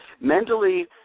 mentally